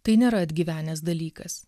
tai nėra atgyvenęs dalykas